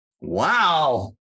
Wow